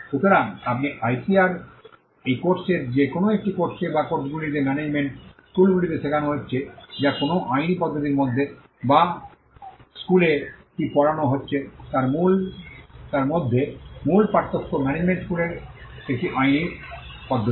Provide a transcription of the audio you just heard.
সুতরাং আপনি আইপিআর এই কোর্সের যে কোনও একটি কোর্সে বা কোর্সগুলিতে ম্যানেজমেন্ট স্কুলগুলিতে শেখানো হচ্ছে যা কোনও আইনি পদ্ধতির মধ্যে বা ল স্কুলে কী পড়ানো হচ্ছে তার মধ্যে মূল পার্থক্য ম্যানেজমেন্ট স্কুলের একটি আইনী পদ্ধতি